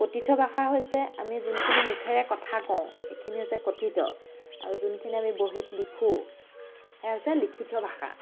কথিত ভাষা হৈছে আমি যোনখিনি মুখেৰে কথা কওঁ সেইখিনি হৈছে কথিত আৰু যোনখিনি আমি বহীত লিখোঁ সেয়া হৈছে লিখিত ভাষা